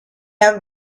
have